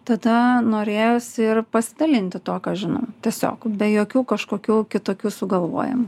tada norėjosi ir pasidalinti tuo ką žinau tiesiog be jokių kažkokių kitokių sugalvojimų